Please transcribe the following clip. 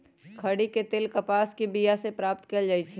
खरि के तेल कपास के बिया से प्राप्त कएल जाइ छइ